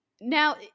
Now